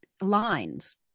lines